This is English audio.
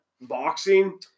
Boxing